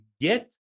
get